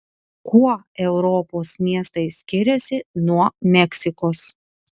kuo europos miestai skiriasi nuo meksikos